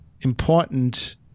important